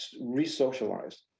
re-socialized